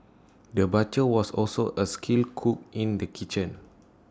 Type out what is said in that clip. the butcher was also A skilled cook in the kitchen